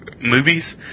movies